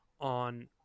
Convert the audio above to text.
on